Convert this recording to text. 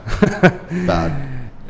bad